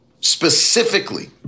specifically